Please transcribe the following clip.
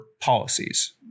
policies